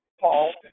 Paul